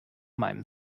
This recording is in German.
meinem